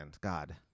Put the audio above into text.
god